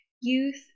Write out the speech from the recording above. youth